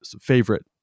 favorite